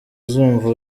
uzumva